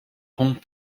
pont